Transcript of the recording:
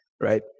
right